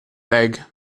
egg